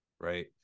right